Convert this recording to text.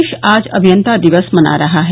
देश आज अभियन्ता दिवस मना रहा है